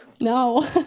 No